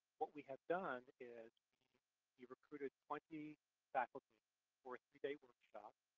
what we have done is we recruited twenty faculty for a three day workshop,